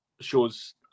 shows